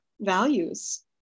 values